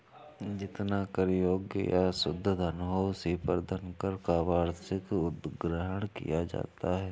जितना कर योग्य या शुद्ध धन हो, उसी पर धनकर का वार्षिक उद्ग्रहण किया जाता है